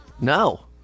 No